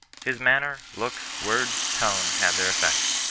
his manner, look, words, tone, had their effect.